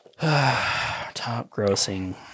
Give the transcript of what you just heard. Top-grossing